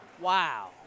Wow